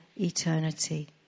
eternity